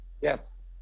Yes